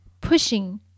pushing